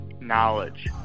knowledge